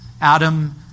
Adam